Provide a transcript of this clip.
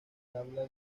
habla